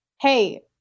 hey